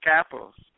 Capitals